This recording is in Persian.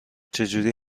چجوری